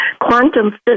Quantum